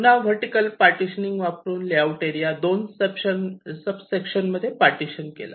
पुन्हा vertical partitioning वापरून layout area दोन सब सेक्शन मध्ये पार्टीशन केला